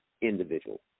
individual